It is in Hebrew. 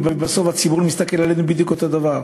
ובסוף הציבור מסתכל עלינו בדיוק אותו דבר.